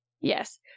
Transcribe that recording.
Yes